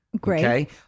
Great